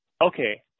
Okay